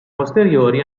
posteriori